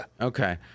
Okay